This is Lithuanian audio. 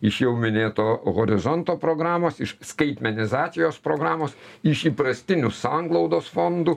iš jau minėto horizonto programos iš skaitmenizacijos programos iš įprastinių sanglaudos fondų